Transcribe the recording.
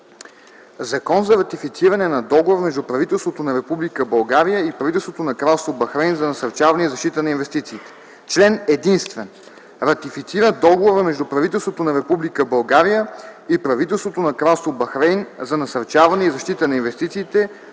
„ЗАКОН за ратифициране на Договора между правителството на Република България и правителството на Кралство Бахрейн за насърчаване и защита на инвестициите Член единствен. Ратифицира Договора между правителството на Република България и правителството на Кралство Бахрейн за насърчаване и защита на инвестициите,